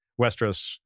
Westeros